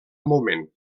moment